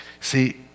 See